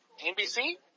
NBC